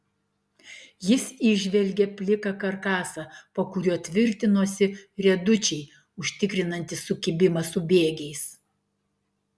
jis įžvelgė pliką karkasą po kuriuo tvirtinosi riedučiai užtikrinantys sukibimą su bėgiais